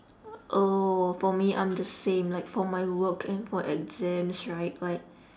oh for me I'm the same like for my work and for exams right like